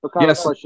Yes